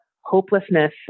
hopelessness